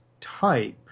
type